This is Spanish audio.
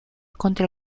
contra